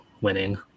winning